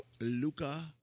Luca